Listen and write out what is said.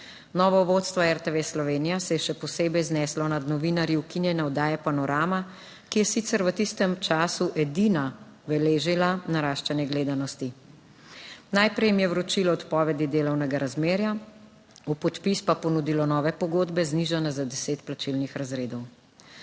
Novo vodstvo RTV Slovenija se je še posebej zneslo nad novinarji ukinjene oddaje Panorama, ki je sicer v tistem času edina beležila naraščanje gledanosti. Najprej jim je vročilo odpovedi delovnega razmerja, v podpis pa ponudilo nove pogodbe znižala za deset plačilnih razredov.